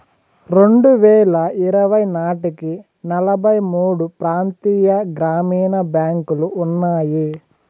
రెండువేల ఇరవై నాటికి నలభై మూడు ప్రాంతీయ గ్రామీణ బ్యాంకులు ఉన్నాయి